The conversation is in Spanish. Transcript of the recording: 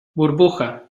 burbuja